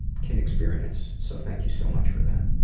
can experience. so thank you so much for that.